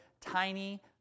tiny